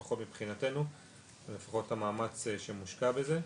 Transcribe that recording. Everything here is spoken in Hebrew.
לפחות מבחינתנו ולפחות המאמץ שמושקע בזה.